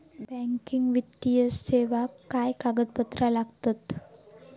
Banking वित्तीय सेवाक काय कागदपत्र लागतत?